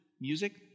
music